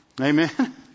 Amen